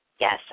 Yes